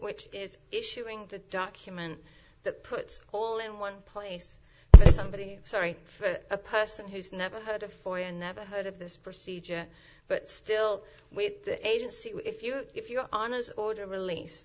which is issuing the document that puts all in one place somebody sorry for a person who's never heard of for and never heard of this procedure but still with the agency if you if your honour's order release